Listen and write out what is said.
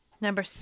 number